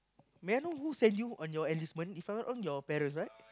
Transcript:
may I know who send you on your enlistment if I'm not wrong your parents right